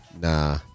Nah